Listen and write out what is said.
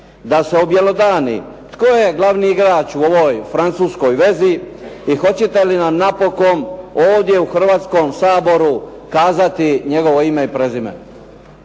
da se objelodani tko je glavni igrač u ovoj francuskoj vezi i hoćete li nam napokon ovdje u Hrvatskom saboru kazati njegovo ime i prezime.